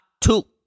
two